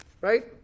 Right